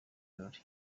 birori